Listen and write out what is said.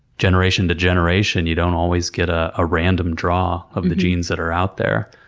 generation to generation you don't always get a ah random draw of the genes that are out there.